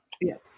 Yes